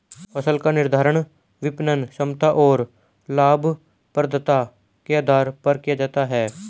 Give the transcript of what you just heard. फसल का निर्धारण विपणन क्षमता और लाभप्रदता के आधार पर किया जाता है